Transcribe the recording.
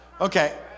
Okay